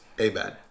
Amen